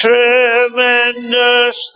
Tremendous